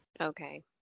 Okay